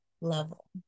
level